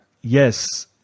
Yes